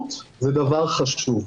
שוודאות זה דבר חשוב.